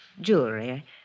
jewelry